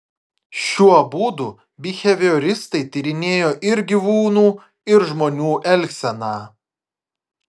šiuo būdu bihevioristai tyrinėjo ir gyvūnų ir žmonių elgseną